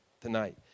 tonight